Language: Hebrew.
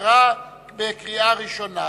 בקריאה ראשונה,